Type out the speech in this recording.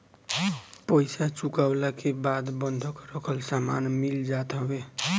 पईसा चुकवला के बाद बंधक रखल सामान मिल जात हवे